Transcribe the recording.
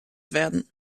werden